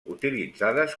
utilitzades